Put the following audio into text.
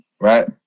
right